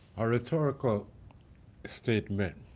a rhetorical statement.